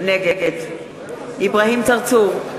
נגד אברהים צרצור,